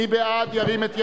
מי בעד, ירים את ידו.